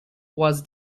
was